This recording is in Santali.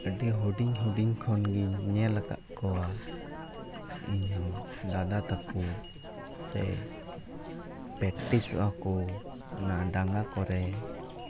ᱟᱹᱰᱤ ᱦᱩᱰᱤᱧ ᱦᱩᱰᱤᱧ ᱠᱷᱚᱱ ᱜᱤᱧ ᱧᱮᱞ ᱠᱟᱫ ᱠᱚᱣᱟ ᱤᱧᱦᱚᱸ ᱫᱟᱫᱟ ᱛᱟᱠᱚ ᱥᱮ ᱯᱮᱠᱴᱤᱥᱚᱜᱼᱟ ᱠᱚ ᱚᱱᱟ ᱰᱟᱸᱜᱟ ᱠᱚᱨᱮᱜ